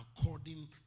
according